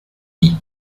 guy